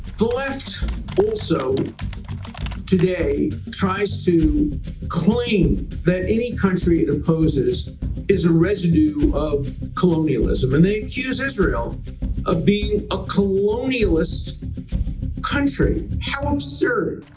the left also today tries to claim that any country it opposes is a residue of colonialism and they accused israel of being a colonialist country. how absurd!